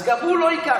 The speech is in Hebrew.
אז גם הוא לא ייקח.